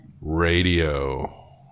Radio